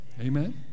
Amen